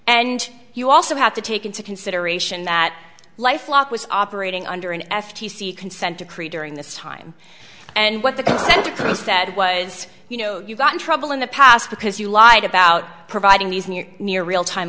and you also have to take into consideration that life lock was operating under an f t c consent decree during this time and what the chris said was you know you got in trouble in the past because you lied about providing these new near real time